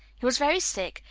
he was very sick,